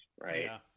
Right